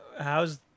how's